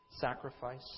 sacrifice